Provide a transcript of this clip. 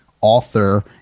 author